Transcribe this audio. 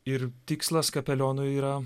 ir tikslas kapeliono yra